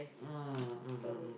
mm